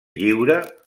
lliure